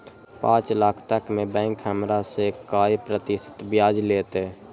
पाँच लाख तक में बैंक हमरा से काय प्रतिशत ब्याज लेते?